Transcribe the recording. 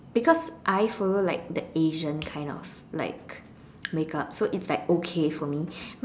because I follow like the Asian kind of like makeup so it's like okay for me